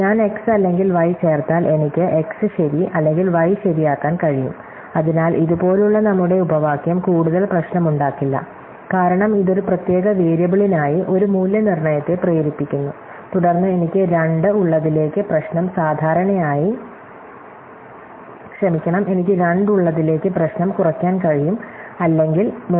ഞാൻ x അല്ലെങ്കിൽ y ചേർത്താൽ എനിക്ക് x ശരി അല്ലെങ്കിൽ y ശരി ആക്കാൻ കഴിയും അതിനാൽ ഇതുപോലുള്ള നമ്മുടെ ഉപവാക്യം കൂടുതൽ പ്രശ്നമുണ്ടാക്കില്ല കാരണം ഇത് ഒരു പ്രത്യേക വേരിയബിളിനായി ഒരു മൂല്യനിർണ്ണയത്തെ പ്രേരിപ്പിക്കുന്നു തുടർന്ന് എനിക്ക് 2 ഉള്ളതിലേക്ക് പ്രശ്നം കുറയ്ക്കാൻ കഴിയും അല്ലെങ്കിൽ 3